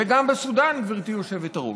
וגם בסודאן, גברתי היושבת-ראש,